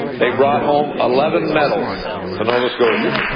they brought home eleven medals to nova scotia